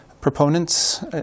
proponents